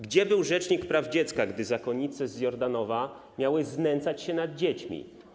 Gdzie był rzecznik praw dziecka, gdy zakonnice z Jordanowa znęcały się nad dziećmi?